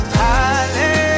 hallelujah